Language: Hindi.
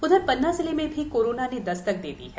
उधर पन्ना जिले में भी कोरोना ने दस्तक दे दी है